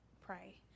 pray